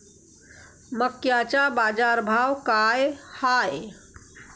मक्याचा बाजारभाव काय हाय?